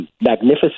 magnificent